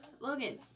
Logan